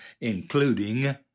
including